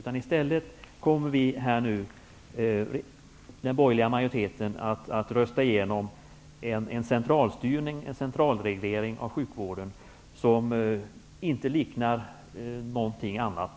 I stället kommer den borgerliga majoriteten att rösta igenom en centralstyrning, centralreglering, av sjukvården som egentligen inte liknar någonting annat.